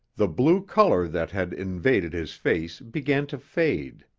the blue color that had invaded his face began to fade.